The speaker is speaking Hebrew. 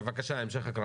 נא להמשיך בהקראה.